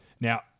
Now